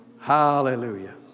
hallelujah